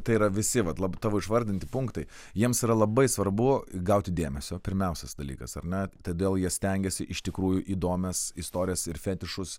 tai yra visi vat lab tavo išvardinti punktai jiems yra labai svarbu gauti dėmesio pirmiausias dalykas ar ne todėl jie stengiasi iš tikrųjų įdomias istorijas ir fetišus